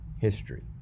history